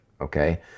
okay